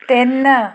ਤਿੰਨ